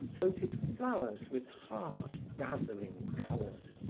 floated flowers with hard dazzling colors.